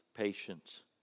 Patience